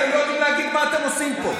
אתם לא יודעים להגיד מה אתם עושים פה.